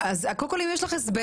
אז, קודם כול, אם יש לך הסבר,